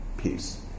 peace